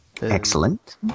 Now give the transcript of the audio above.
Excellent